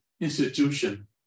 institution